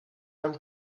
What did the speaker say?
einem